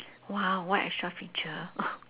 !wow! what extra feature